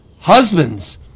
Husbands